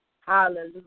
Hallelujah